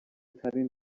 ترین